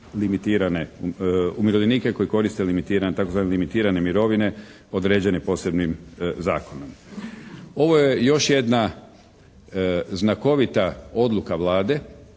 limitirane, umirovljenike koji koriste limitirane, tzv. limitirane mirovine određene posebnim zakonom. Ovo je još jedna znakovita odluka Vlade,